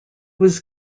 was